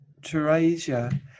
Teresia